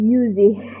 Music